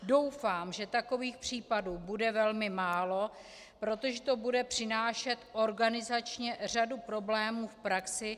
Doufám, že takových případů bude velmi málo, protože to bude přinášet organizačně řadu problémů v praxi.